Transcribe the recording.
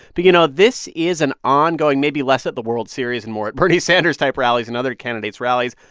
but, you know, this is an ongoing maybe less at the world series and more at bernie sanders-type rallies and other candidates' rallies.